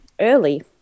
early